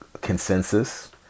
consensus